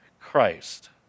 Christ